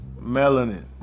Melanin